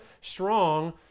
strong